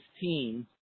team